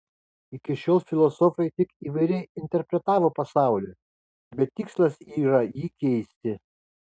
iki šiol filosofai tik įvairiai interpretavo pasaulį bet tikslas yra jį keisti